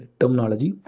terminology